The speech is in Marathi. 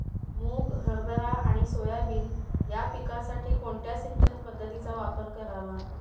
मुग, हरभरा आणि सोयाबीन या पिकासाठी कोणत्या सिंचन पद्धतीचा वापर करावा?